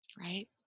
Right